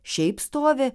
šiaip stovi